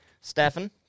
stefan